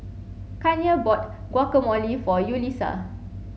Kanye bought Guacamole for Yulisa